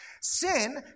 Sin